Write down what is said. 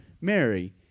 Mary